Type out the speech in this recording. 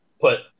put